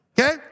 Okay